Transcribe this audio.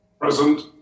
Present